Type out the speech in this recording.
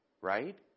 right